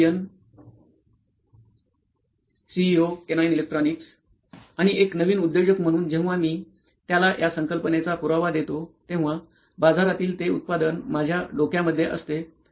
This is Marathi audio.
Nitin Kurian COO Canine Electronics आणि एक नवीन उद्योजक म्हणून जेव्हा मी त्याला या संकल्पनेचा पुरावा देतो तेव्हा बाजारातील ते उत्पादन माझ्या डोक्यामध्ये असते